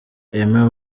aime